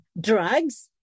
drugs